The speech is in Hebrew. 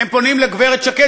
הם פונים לגברת שקד,